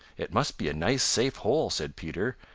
it must be a nice, safe hole, said peter.